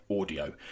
audio